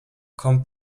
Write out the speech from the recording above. kommt